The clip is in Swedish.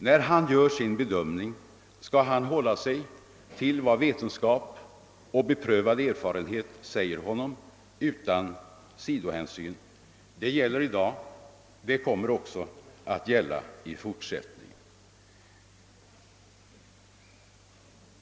När han gör sin bedömning skall han hålla sig till vad vetenskap och beprövad erfarenhet säger honom utan sidohänsyn. Detta gäller i dag, och det kommer också att gälla i fortsättningen.